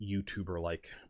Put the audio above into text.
youtuber-like